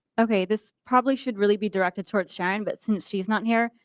okay, this probably should really be directed towards sharon but since she is not here,